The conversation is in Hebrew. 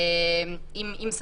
כי אחרת החשש הוא שהחברה תמות,